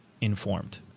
informed